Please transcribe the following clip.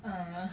uh